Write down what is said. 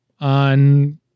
on